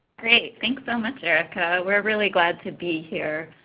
great, thanks so much erica. we are really glad to be here.